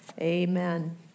Amen